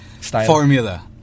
formula